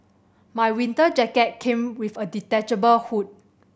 my winter jacket came with a detachable hood